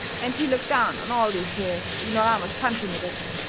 and he looked down on all these here ignoramus country niggers.